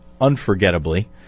unforgettably